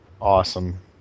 Awesome